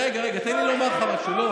רגע, רגע, תן לי לומר לך משהו.